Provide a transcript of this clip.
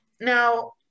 Now